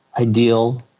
ideal